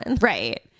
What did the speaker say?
Right